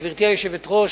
גברתי היושבת-ראש,